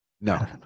no